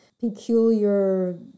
peculiar